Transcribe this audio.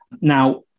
Now